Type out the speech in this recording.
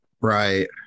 Right